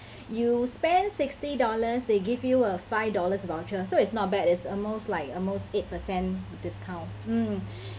you spend sixty dollars they give you a five dollars voucher so it's not bad it's almost like almost eight percent discount mm